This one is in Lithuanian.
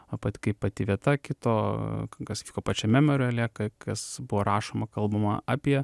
o pat kaip pati vieta kito kas vyko pačiame memoriale ka kas buvo rašoma kalbama apie